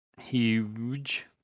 Huge